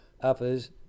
Others